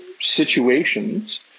situations